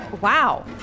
Wow